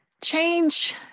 Change